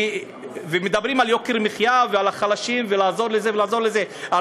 כי מדברים על יוקר המחיה ועל החלשים ולעזור לזה ולעזור לזה.